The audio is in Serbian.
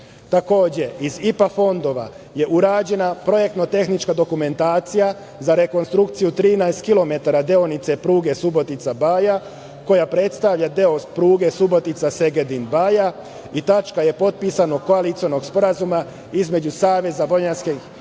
iz IPA fondova je urađena projektno-tehnička dokumentacija za rekonstrukciju 13 kilometara deonice pruge Subotica-Baja, koja predstavlja deo pruge Subotica-Segedin-Baja i tačka je potpisanog koalicionog sporazuma između Saveza vojvođanskih Mađara